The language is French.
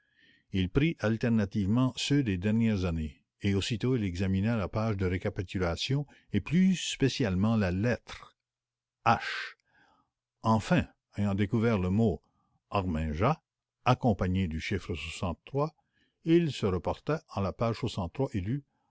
il prit alternativement ceux des dernières années et aussitôt il examinait la page de récapitulation et plus spécialement la lettre h enfin ayant découvert le mot harmingeat accompagné du chiffre il se reporta à la page et lut